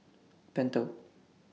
Pentel